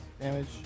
damage